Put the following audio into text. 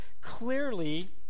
clearly